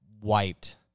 wiped